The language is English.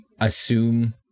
assume